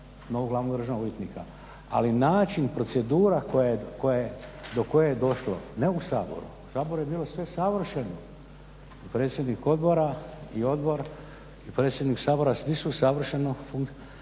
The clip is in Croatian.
novog glavnog državnog odvjetnika ali način, procedura do koje je došlo ne u Saboru, u Saboru je bilo sve savršeno. Predsjednik odbora i odbor, predsjednik Sabora svi su savršeno radili